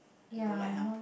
you don't like !huh!